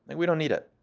and we don't need it.